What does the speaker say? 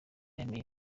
yemeye